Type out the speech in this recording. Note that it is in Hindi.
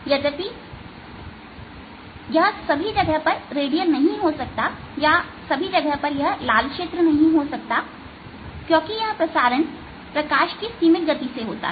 यद्यपि यह सभी जगह पर रेडियल नहीं हो सकता या यह सभी जगह पर यह लाल क्षेत्र नहीं हो सकता क्योंकि यह प्रसारण प्रकाश की सीमित गति से होता है